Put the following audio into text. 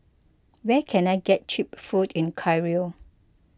where can I get Cheap Food in Cairo